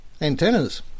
antennas